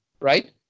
Right